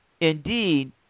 indeed